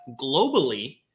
globally